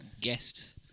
guest